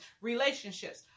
relationships